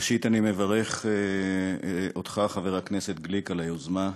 ראשית, אני מברך אותך, חבר הכנסת גליק, על היוזמה,